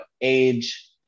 age